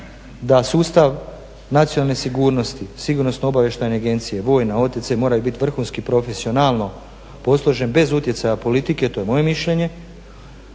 da sustav nacionalne sigurnosti, sigurnosno-obavještajne agencije, vojna, OTC, moraju biti vrhunski profesionalno posloženi bez utjecaja politike, to je moje mišljenje.